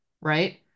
right